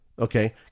Okay